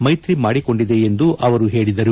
ಮೈತ್ರಿ ಮಾಡಿಕೊಂಡಿದೆ ಎಂದು ಅವರು ಹೇಳಿದರು